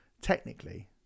technically